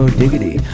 diggity